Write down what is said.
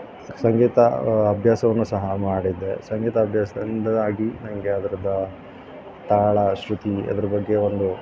ಸಂಗೀತ ಅಭ್ಯಾಸವನ್ನು ಸಹ ಮಾಡಿದ್ದೆ ಸಂಗೀತ ಅಭ್ಯಾಸದಿಂದಾಗಿ ನನ್ಗೆ ಅದ್ರದ್ದು ತಾಳ ಶ್ರುತಿ ಅದರ ಬಗ್ಗೆ ಒಂದು